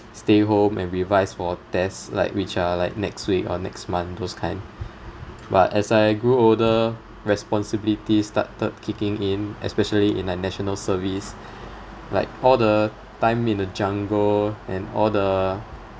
stay home and revise for a test like which are like next week or next month those kind but as I grew older responsibilities started kicking in especially in like national service like all the time in the jungle and all the